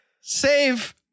save